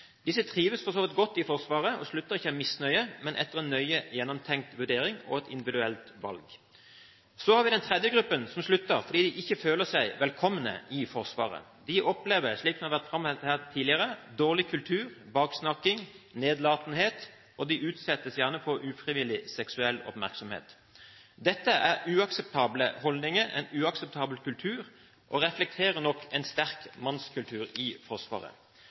Disse trives for så vidt godt i Forsvaret og slutter ikke av misnøye, men etter en nøye gjennomtenkt vurdering og et individuelt valg. Så har vi den tredje gruppen som slutter fordi de ikke føler seg velkomne i Forsvaret. De opplever, slik det har vært framholdt her tidligere, dårlig kultur, baksnakking, nedlatenhet, og de utsettes gjerne for ufrivillig seksuell oppmerksomhet. Dette er uakseptable holdninger, en uakseptabel kultur og reflekterer nok en sterk mannskultur i Forsvaret.